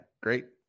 great